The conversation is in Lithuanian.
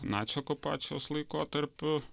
nacių okupacijos laikotarpiu